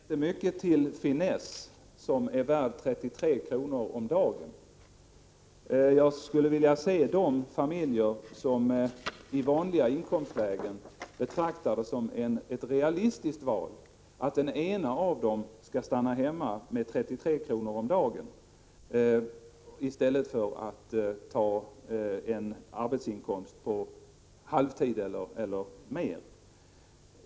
Herr talman! Det är inte mycket till finess som är värd 33 kr. om dagen. Jag skulle vilja se de familjer som i vanliga inkomstlägen betraktar det som ett realistiskt val att den ena av dem skall stanna hemma mot en ersättning på 33 kr. om dagen i stället för att ta ett avlönat arbete på halvtid eller mer.